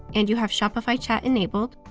and you have shopify chat enabled,